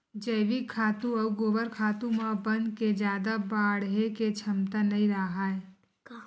जइविक खातू अउ गोबर खातू म बन के जादा बाड़हे के छमता नइ राहय